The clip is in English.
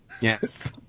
Yes